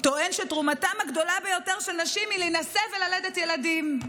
טוען שתרומתן הגדולה ביותר של נשים היא להינשא וללדת ילדים.